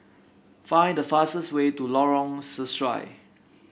find the fastest way to Lorong Sesuai